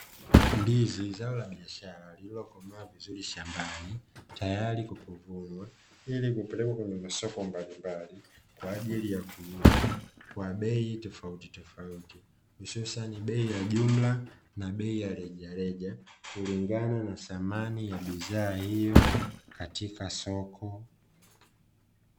Ndizi zao la biashara lililokomaa vizuri shambani, tayari kwa kuvunwa ili kupelekwa kwenye masoko mbalimbali, kwa ajili ya kuuzwa kwa bei tofautitofauti hususani bei ya jumla na bei ya rejareja, kulingana na thamani ya bidhaa hiyo katika soko.